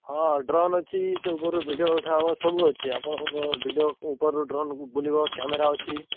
ହଁ ଡ୍ରୋନ୍ ଅଛି ସେ ଉପରୁ ଭିଡ଼ିଓ ଉଠାହେବ ସବୁ ଅଛି ଆପଣଙ୍କ ଭିଡ଼ିଓକୁ ଉପରକୁ ଡ୍ରୋନ୍ରୁ ବୁଲିବ କ୍ୟାମେରା ଅଛି